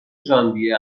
ژانویه